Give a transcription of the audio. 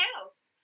house